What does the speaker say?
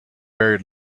very